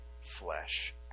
flesh